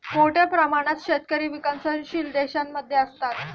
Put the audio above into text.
मोठ्या प्रमाणात शेतकरी विकसनशील देशांमध्ये असतात